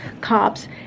cops